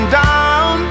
down